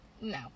no